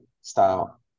style